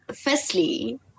firstly